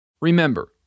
Remember